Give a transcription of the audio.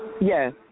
Yes